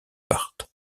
parte